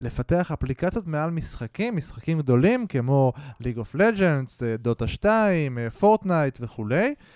לפתח אפליקציות מעל משחקים, משחקים גדולים כמו ליג אוף לג'אנדס, דוטה 2, פורטנייט וכולי